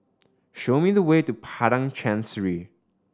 show me the way to Padang Chancery